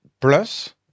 plus